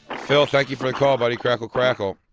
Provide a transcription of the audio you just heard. phil, thank you for the call, buddy. crackle, crackle.